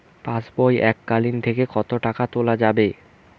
পাশবই এককালীন থেকে কত টাকা তোলা যাবে?